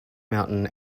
mountain